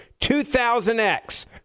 2000X